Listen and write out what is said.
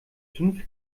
fünf